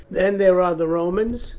then there are the romans,